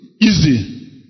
easy